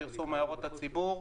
פרסום הערות הציבור.